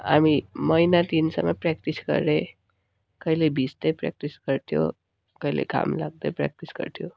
हामी महिना दिनसम्म प्र्याक्टिस गरे कहिले भिज्दै प्र्यक्टिस गर्थ्यो कहिले घाम लाग्दा प्र्यक्टिस गर्थ्यो